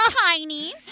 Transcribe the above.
tiny